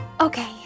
Okay